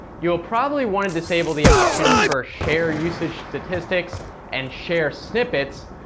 you will probably want to disable the options for share usage statistics and share snippets,